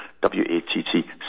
W-A-T-T